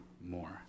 more